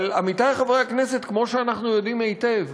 אבל, עמיתי חברי הכנסת, כמו שאנחנו יודעים היטב,